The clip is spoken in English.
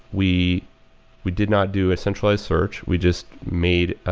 we we did not do a centralized search, we just made